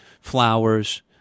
flowers